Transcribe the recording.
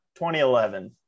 2011